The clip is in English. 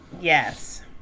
Yes